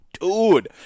Dude